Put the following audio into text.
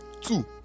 two